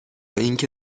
اینکه